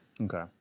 Okay